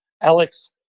Alex